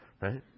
Right